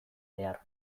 behar